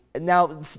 Now